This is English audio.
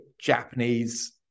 Japanese